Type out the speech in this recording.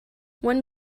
when